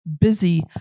busy